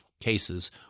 cases